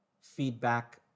feedback